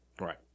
Right